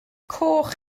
coch